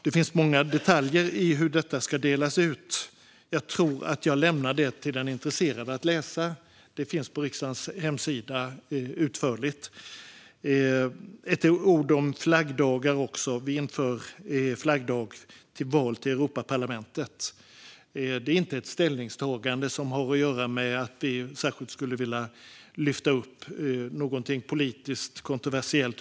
Det finns många detaljer kring utdelningen. Jag tror att jag lämnar detta till den intresserade att läsa. Det beskrivs utförligt på riksdagens hemsida. Jag ska säga ett par ord om flaggdagar också. Vi inför dagen för val till Europaparlamentet som flaggdag. Det är inte ett ställningstagande som har att göra med att vi särskilt skulle vilja lyfta upp någonting politiskt kontroversiellt.